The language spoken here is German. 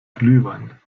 glühwein